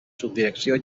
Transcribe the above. subdirecció